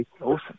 Awesome